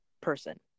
person